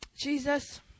Jesus